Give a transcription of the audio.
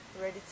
ready